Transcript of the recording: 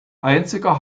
einziger